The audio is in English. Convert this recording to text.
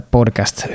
Podcast